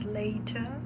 later